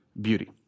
beauty